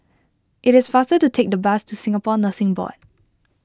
it is faster to take the bus to Singapore Nursing Board